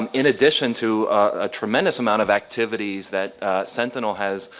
um in addition to a tremendous amount of activities that sentinel has